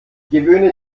gewöhne